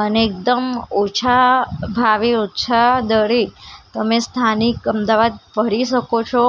અને એકદમ ઓછા ભાવે ઓછા દરે તમે સ્થાનિક અમદાવાદ ફરી શકો છો